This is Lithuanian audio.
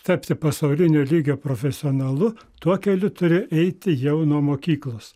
tapti pasaulinio lygio profesionalu tuo keliu turi eiti jau nuo mokyklos